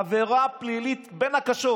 עבירה פלילית בין הקשות,